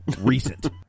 recent